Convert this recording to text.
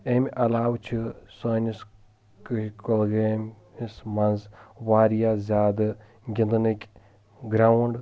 أمۍ علاوٕ چھِ سٲنِس کٔیۍ کۄلگٲم مِس منٛز واریاہ زیادٕ گنٛدنٕکۍ گریونٛڈ